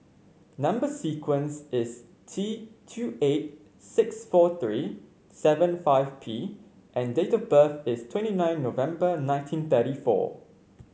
number sequence is T two eight six four three seven five P and date of birth is twenty nine November nineteen thirty four